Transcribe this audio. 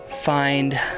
find